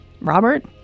Robert